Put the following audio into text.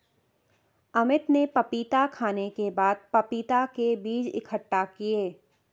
अमित ने पपीता खाने के बाद पपीता के बीज इकट्ठा किए